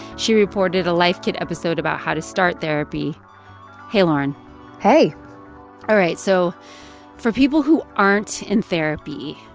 she reported a life kit episode about how to start therapy hey, lauren hey all right, so for people who aren't in therapy,